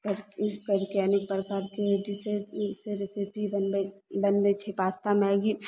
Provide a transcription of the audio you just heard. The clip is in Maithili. करिके अनेक प्रकारके डिसेज रेसिपी बनबय बनबय छै पास्ता मैगी